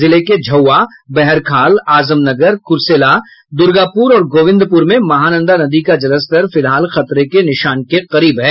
जिले के झौआ बहरखाल आजमनगर कुर्सेल दुर्गापुर और गोविंदपुर में महानंदा नदी का जल स्तर फिलहाल खतरे के निशान के करीब है